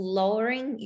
lowering